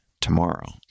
tomorrow